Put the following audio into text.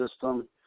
system